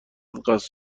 قصد